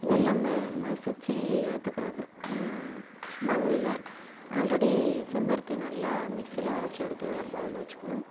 இதெல்லாம் ம மசிச்சு எடுத்துக்கிறது பௌலில் ஆல்ரெடி செம்பருத்தி நல்லா மிக்ஸியில் அரைச்சு எடுத்து ஒரு பௌலில் வச்சுக்கணும்